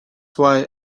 why